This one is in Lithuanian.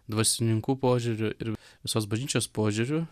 dvasininkų požiūriu ir visos bažnyčios požiūriu